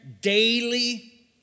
daily